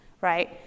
Right